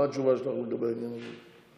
מה התשובה שלך לגבי העניין הזה?